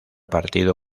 partido